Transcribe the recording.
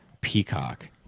Peacock